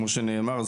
כמו שנאמר,